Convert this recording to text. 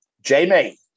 Jamie